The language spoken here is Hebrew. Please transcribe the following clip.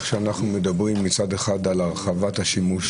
שאנחנו מדברים מצד אחד על הרחבת השימוש